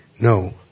No